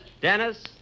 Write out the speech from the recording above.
dennis